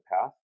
path